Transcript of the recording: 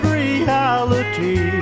reality